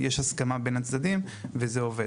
אם יש הסכמה בין הצדדים וזה עובד.